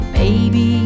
baby